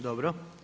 Dobro.